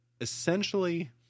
essentially